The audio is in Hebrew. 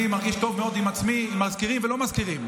אני מרגיש טוב מאוד עם עצמי אם מזכירים ולא מזכירים.